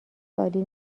عالی